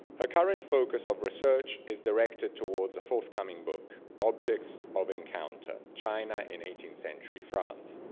her current focus of research is directed towards a forthcoming book, objects of encounter china in eighteenth century france.